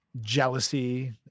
jealousy